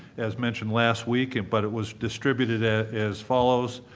as mentioned last week, and but it was distributed ah as follows.